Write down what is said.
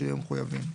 בשינויים המחויבים,